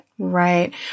Right